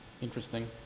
interesting